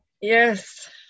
Yes